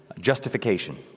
justification